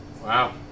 Wow